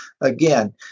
again